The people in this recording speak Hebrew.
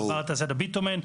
ביטומן,